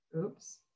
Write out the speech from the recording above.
oops